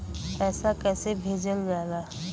पैसा कैसे भेजल जाला?